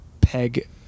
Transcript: peg